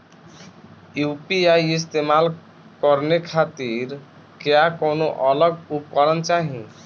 UPI इस्तेमाल करने खातिर क्या कौनो अलग उपकरण चाहीं?